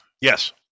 Yes